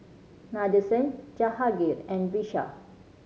Nadesan Jahangir and Vishal